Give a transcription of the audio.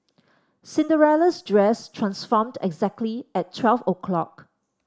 Cinderella's dress transformed exactly at twelve o'clock